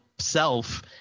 self